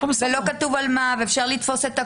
ולא כתוב על מה ואפשר לתפוס את הכול.